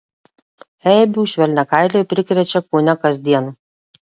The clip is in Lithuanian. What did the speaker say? eibių švelniakailiai prikrečia kone kasdien